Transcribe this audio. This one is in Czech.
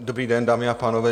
Dobrý den, dámy a pánové.